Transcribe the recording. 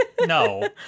No